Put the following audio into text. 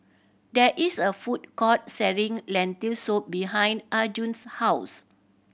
there is a food court selling Lentil Soup behind Arjun's house